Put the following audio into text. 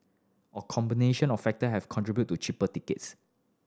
a combination of factor have contributed to cheaper tickets